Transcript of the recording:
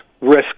risk